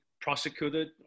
prosecuted